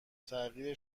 تغییر